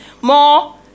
more